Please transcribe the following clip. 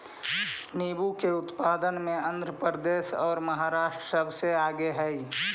नींबू के उत्पादन में आंध्र प्रदेश और महाराष्ट्र सबसे आगे हई